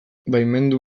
baimendu